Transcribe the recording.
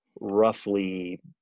roughly